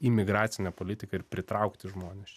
imigracinė politika ir pritraukti žmones čia